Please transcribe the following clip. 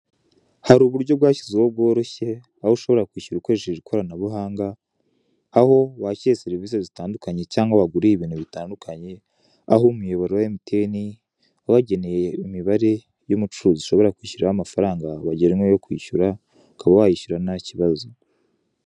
Hari uburyo bwashyizweho bworoshye aho ushobora kwishyura ukoresheje ikoranabuhanga aho wakiye serivise zitandukanye cyangwa waguriye ibintu bitandukanye, aho umuyoboro wa MTN wabageneye imibare y'umucuruzi ushobora kwishyuriraho amafaranga wagenewe yo kwishyura ukaba wayishyura nta kibazo.